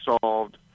solved